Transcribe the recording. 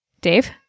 Dave